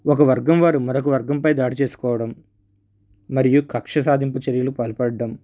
ఒక వర్గం వారు మరొక వర్గంపై దాడి చేసుకోవడం మరియు కక్ష సాధింపు చర్యలు పాల్పడడం